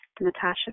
Natasha